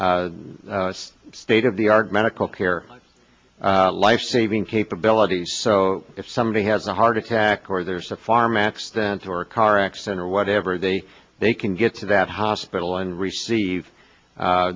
have state of the art medical care life saving capabilities so if somebody has a heart attack or there's a farm x then for a car accident or whatever they they can get to that hospital and receive